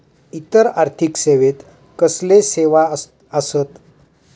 इतर आर्थिक सेवेत कसले सेवा आसत?